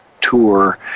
tour